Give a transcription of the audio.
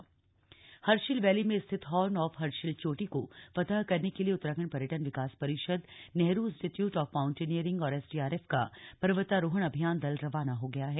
पर्वतारोहण अभियान दल हर्षिल चैली में स्थित हॉर्न ऑफ हर्षिल चोटी को फतह करने के लिए उत्तराखण्ड पर्यटन विकास परिषद नेहरू इन्स्टीटयूट ऑफ माउन्टनियरिंग और एसडीआरएफ का पर्वतारोहण अभियान दल रवाना हो गया है